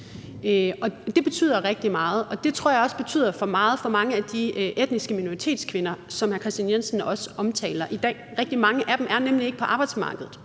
det betyder rigtig meget. Det tror jeg også betyder meget for mange af de etniske minoritetskvinder, som hr. Kristian Jensen også omtaler i dag. Rigtig mange af dem er nemlig ikke på arbejdsmarkedet